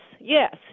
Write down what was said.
yes